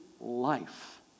life